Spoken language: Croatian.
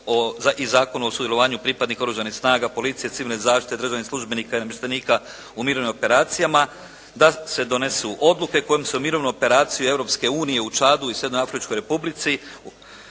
i Zakona o sudjelovanju pripadnika Oružanih snaga, policije, civilne zaštite, državnih službenika i namještenika u mirovnim operacijama da se donesu odluke kojim se u Mirovnoj operaciji Europske unije u Čadu i Srednjoafričkoj Republici